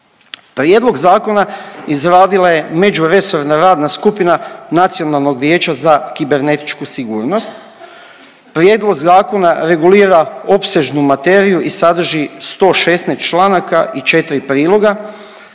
Prijedlog zakona izradila je međuresorna radna skupina Nacionalnog vijeća za kibernetičku sigurnost, Prijedlog zakona regulira opsežnu materiju i sadrži 116 članaka i 4 priloga.